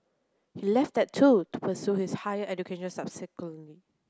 he left that too to pursue his higher education subsequently